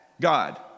God